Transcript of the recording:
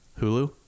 Hulu